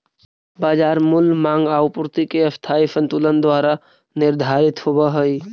बाजार मूल्य माँग आउ पूर्ति के अस्थायी संतुलन द्वारा निर्धारित होवऽ हइ